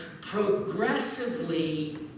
progressively